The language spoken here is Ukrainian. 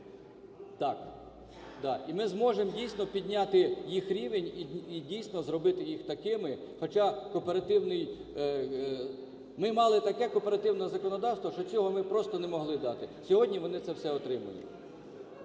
Да. І ми зможемо дійсно підняти їх рівень і дійсно зробити їх такими, хоча кооперативний… Ми мали таке кооперативне законодавство, що цього ми просто не могли дати. Сьогодні вони це все отримають.